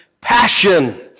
passion